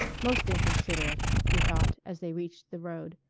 most inconsiderate, he thought, as they reached the road.